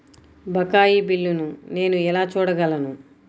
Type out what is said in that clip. బకాయి బిల్లును నేను ఎలా చూడగలను?